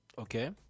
okay